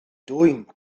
dwym